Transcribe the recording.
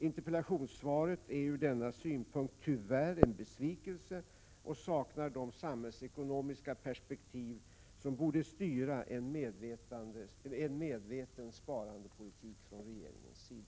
Interpellationssvaret är ur denna synpunkt tyvärr en besvikelse och saknar de samhällsekonomiska perspektiv som borde styra en medveten sparandepolitik.